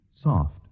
soft